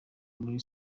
muri